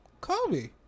Kobe